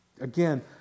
Again